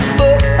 book